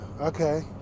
Okay